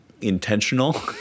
intentional